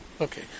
Okay